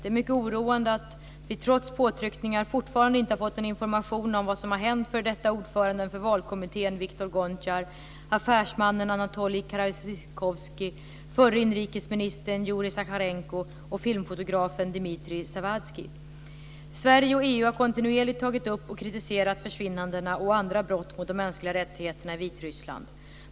Det är mycket oroväckande att vi trots påtryckningar fortfarande inte har fått någon information om vad som har hänt f.d. ordföranden för valkommittén Viktor Gontjar, affärsmannen Anatolij Sverige och EU har kontinuerligt tagit upp och kritiserat försvinnandena och andra brott mot de mänskliga rättigheterna i Vitryssland.